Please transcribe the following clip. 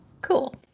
Cool